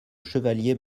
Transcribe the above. chevalier